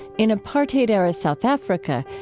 in apartheid-era south africa,